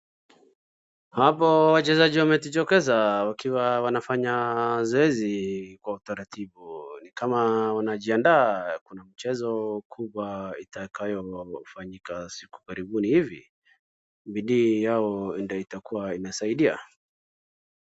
Hapo wachezaji wamejitokeza wakiwa wanafanya zoezi kwa utaratibu. Ni kama wanajiandaa kuna mchezo kubwa itakoyofanyika siku karibuni hivi. Bidii yao ndo itakuwa inasaidia.